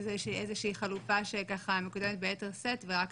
שזה איזושהי חלופה שמקודמת ביתר שאת ורק